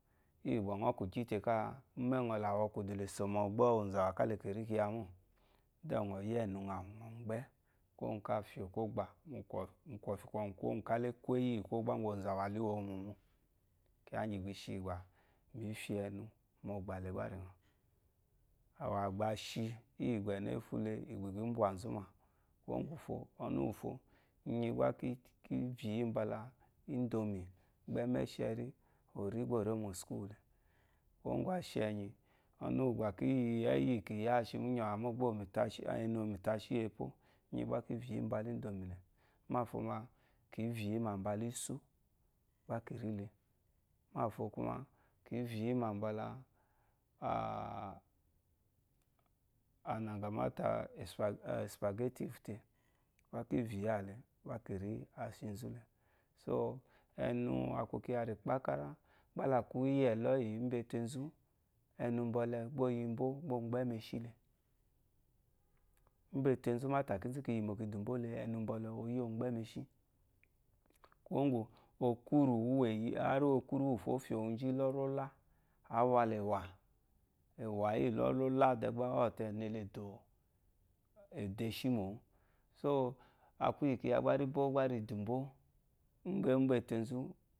Íyì gbà ŋɔ́ kwù gyí te káa úmɛ́ ŋɔ la wɔ kwudù lè sò mu ɔgbà úwù onzawà ká lè kè rí kyiya mô. kwuwó ŋwù ká la ékwéyi íyì kwɔ́gbà úŋgwù onzàwà la íwo wu mò mô. Kyiya íŋgyì ki shi gbà mǐ fyè ɛnu mu ɔgbà le gbá ri ŋàwù. À gbà bà ashi íyì gbà ɛ̀nu ě fu le, i gbà i gbà ǐ mbwà nzú mà, kwuyè úŋgwùfo, ɔnu úwùfo, inyi gbá kì kǐ vyì yî mbala índomì, gbá kǐ shi ɛ́mɛ́shɛrí ò rí gbá ò rê mu òskul le. Kwuwó ŋgwù ashi ɛ̀nyì, ɔnu úwù gbà kí yi ɛ̀yì íyì gbà kì yá ashi múnyɛ̀wà mô, gbà o yi mìtashi íyepó, inyi gbá kǐ yì yí mbala ínomi le. Mbâfo ma, kǐ vyì yímà mbala ísú, gbá ki rí le. Mbâfo kwuma, kǐ vyì yímà mbala anàŋgà mata supagetti gbá kí vyí yì à le, gbá kì ri yí le. So, a kwu kyiya rè kpákárá. Gbá la à kwu íyì ɛ̀lɔ́yì úmbà ete nzú, ɛnu mbɔlɛ, gbá o yi mbó gbá ɔ mgbɛ́ mu eshí le. Úmbà ete nzú, mátà kínzú ki yìmò kì dù mbó le, ɛnu mbɔlɛ, o yí ɔ mgbɛ́ mu eshí. Kwuwó ŋgwù okwúrù úwùfo ǒ fyè wu zhíí, lɔ́rí lɔ́lá, ǎ wa la ɛ̀wà, ɛ̀wà íyì lɔ́rí lɔ́lá dɛ gbá ɔ̂ te ɛnu ele e dò éshì mǒ. So á kwu kyiya gbá rí bó gbá ri dù mbó, ḿbó umbà ete nzu